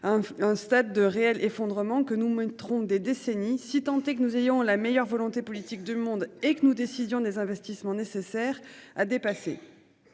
Un stade de réel effondrement que nous mais une trompe des décennies si tenté que nous ayons la meilleure volonté politique du monde et que nos décisions des investissements nécessaires à dépasser